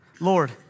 Lord